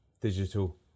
digital